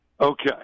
Okay